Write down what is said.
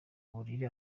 buriri